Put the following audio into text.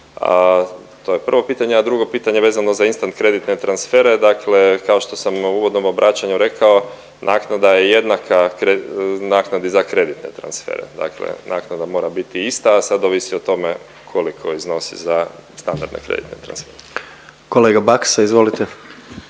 to je prvo pitanje, a drugo pitanje vezano za instant kreditne transfere dakle kao što sam u uvodnom obraćanju rekao naknada je jednaka naknadi za kreditne transfere, dakle naknada mora biti ista, a sad ovisi o tome koliko iznosi za standardne kreditne transfere. **Jandroković,